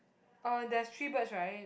uh there's three birds right